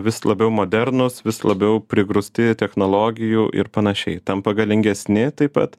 vis labiau modernūs vis labiau prigrūsti technologijų ir panašiai tampa galingesni taip pat